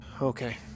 Okay